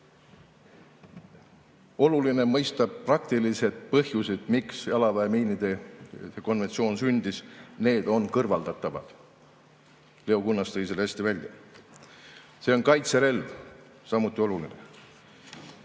Oluline on mõista praktilisi põhjuseid, miks jalaväemiinide konventsioon sündis. Need on kõrvaldatavad. Leo Kunnas tõi selle hästi välja. See on kaitserelv, samuti oluline.